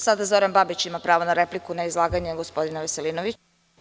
Sada Zoran Babić ima pravo na repliku, na izlaganje gospodina Veselinovića.